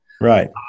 Right